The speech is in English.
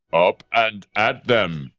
up, and, at them.